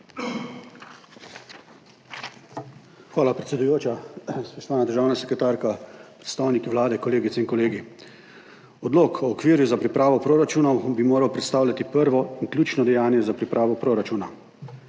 Hvala, predsedujoča. Spoštovana državna sekretarka, predstavniki Vlade, kolegice in kolegi! Odlok o okviru za pripravo proračunov bi moral predstavljati prvo in ključno dejanje za pripravo proračuna.